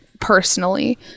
personally